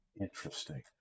Interesting